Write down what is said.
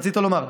רצית לומר?